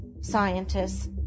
scientists